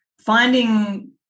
finding